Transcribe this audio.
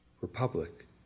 Republic